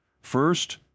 first